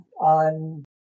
on